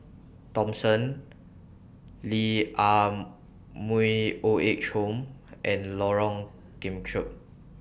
Thomson Lee Ah Mooi Old Age Home and Lorong Kemunchup